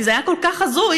כי זה היה כל כך הזוי.